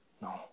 No